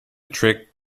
trick